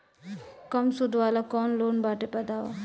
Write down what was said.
कम सूद वाला कौन लोन बाटे बताव?